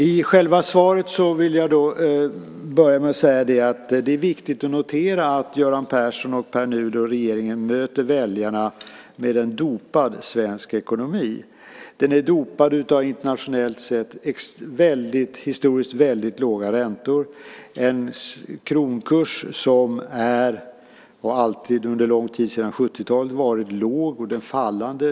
I själva svaret vill jag börja med att säga att det är viktigt att notera att Göran Persson, Pär Nuder och regeringen möter väljarna med en dopad svensk ekonomi. Den är dopad av internationellt sett historiskt väldigt låga räntor, en kronkurs som är och under lång tid, sedan 70-talet, har varit låg. Nu är den fallande.